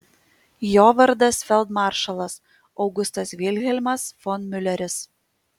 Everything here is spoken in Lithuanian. jo vardas feldmaršalas augustas vilhelmas von miuleris